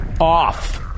off